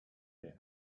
the